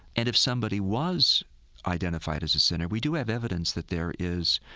and if somebody was identified as a sinner we do have evidence that there is,